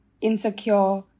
insecure